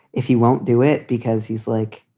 if he won't do it because he's like,